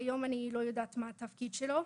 נכון להיות אני לא יודעת מה התפקיד שלו.